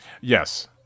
Yes